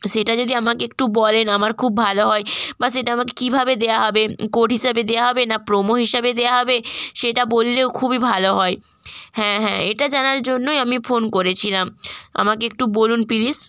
সেটা যদি আমাকে একটু বলেন আমার খুব ভালো হয় বা সেটা আমাকে কিভাবে দেওয়া হবে কোড হিসাবে দেওয়া হবে না প্রোমো হিসাবে দেওয়া হবে সেটা বললেও খুবই ভালো হয় হ্যাঁ হ্যাঁ এটা জানার জন্যই আমি ফোন করেছিলাম আমাকে একটু বলুন প্লিজ